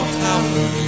power